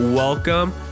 Welcome